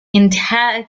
italian